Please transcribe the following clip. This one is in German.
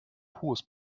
hohes